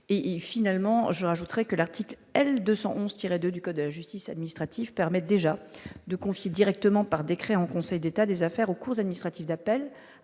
et finalement je rajouterai que l'article L 211 tirs, 2 du code de justice administrative permettent déjà de confier directement, par décret en Conseil d'État des affaires au cours administratives d'appel